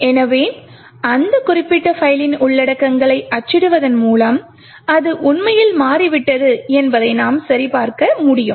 எனவே அந்த குறிப்பிட்ட பைல்லின் உள்ளடக்கங்களை அச்சிடுவதன் மூலம் அது உண்மையில் மாறிவிட்டது என்பதை நாம் சரிபார்க்க முடியும்